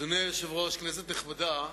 אדוני היושב-ראש, כנסת נכבדה,